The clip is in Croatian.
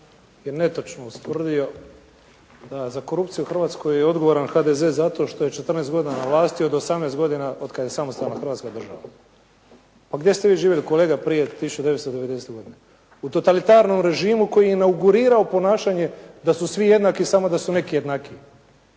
je netočno ustvrdio da za korupciju u Hrvatskoj je odgovoran HDZ zato što je 14 godina na vlasti od 18 godina od kad je samostalna Hrvatska država. Pa gdje ste vi živjeli kolega prije 1990. godine? U totalitarnom režimu koji je inaugurirao ponašanje da su svi jednaki, samo da su neki jednakiji,